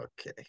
Okay